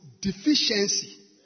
deficiency